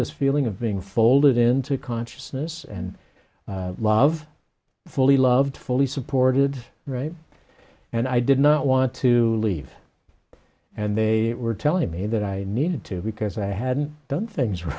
this feeling of being folded into consciousness and love fully loved fully supported right and i did not want to leave and they were telling me that i needed to because i hadn't done things